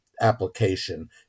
application